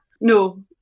no